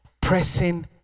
pressing